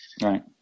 Right